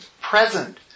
present